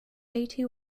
eighty